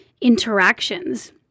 interactions